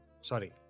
sorry